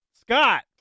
Scott